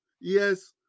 Yes